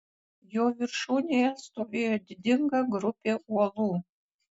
jo viršūnėje stovėjo didinga grupė uolų